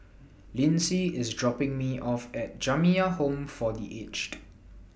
Lyndsay IS dropping Me off At Jamiyah Home For The Aged